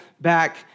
back